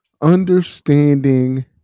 understanding